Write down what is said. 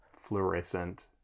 Fluorescent